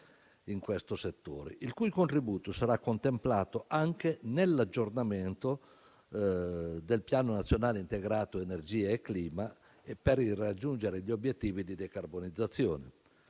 il cui contributo sarà contemplato anche nell'aggiornamento del Piano nazionale integrato per l'energia e il clima (PNIEC) e per raggiungere gli obiettivi di decarbonizzazione.